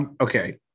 Okay